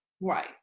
Right